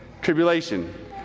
tribulation